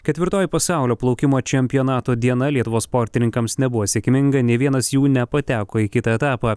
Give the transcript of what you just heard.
ketvirtoji pasaulio plaukimo čempionato diena lietuvos sportininkams nebuvo sėkminga nei vienas jų nepateko į kitą etapą